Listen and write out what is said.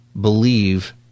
believe